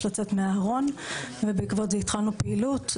לצאת מהארון ובעקבות זה התחלנו פעילות.